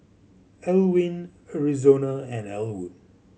Alwin Arizona and Elwood